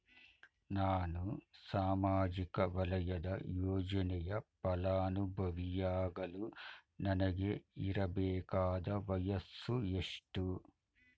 ನಾನು ಸಾಮಾಜಿಕ ವಲಯದ ಯೋಜನೆಯ ಫಲಾನುಭವಿಯಾಗಲು ನನಗೆ ಇರಬೇಕಾದ ವಯಸ್ಸುಎಷ್ಟು?